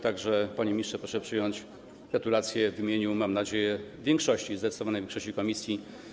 Tak że, panie ministrze, proszę przyjąć gratulacje w imieniu, mam nadzieję, zdecydowanej większości komisji.